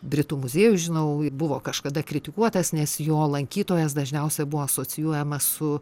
britų muziejus žinau i buvo kažkada kritikuotas nes jo lankytojas dažniausia buvo asocijuojamas su